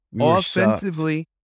Offensively